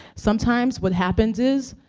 sometimes what happens is,